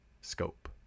scope